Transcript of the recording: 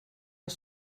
els